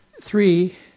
Three